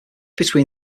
between